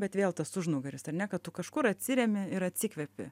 bet vėl tas užnugaris ar ne kad tu kažkur atsiremi ir atsikvepi